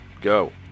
Go